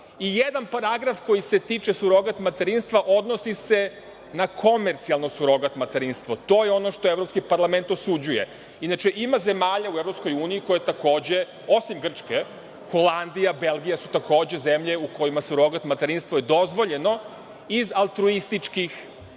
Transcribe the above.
i jedan paragraf koji se tiče surogat materinstva odnosi se na komercijalno surogat materinstvo. To je ono što Evropski parlament osuđuje. Inače, ima zemalja u EU, osim Grčke, Holandija, Belgija su takođe zemlje u kojima surogat materinstvo je dozvoljeno iz altruističkih